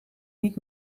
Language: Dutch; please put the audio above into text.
niet